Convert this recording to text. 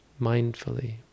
mindfully